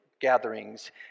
gatherings